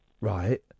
right